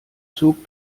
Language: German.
zog